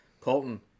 colton